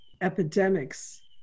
epidemics